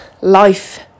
life